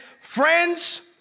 friends